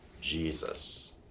Jesus